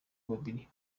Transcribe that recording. babiri